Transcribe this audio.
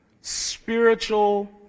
spiritual